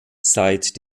seit